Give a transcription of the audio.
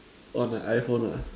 on the iPhone lah